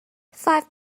five